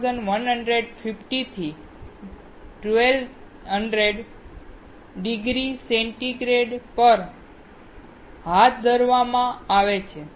તે 1150 થી 1200 degree centigrade પર હાથ ધરવામાં આવે છે